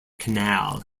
canal